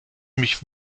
mich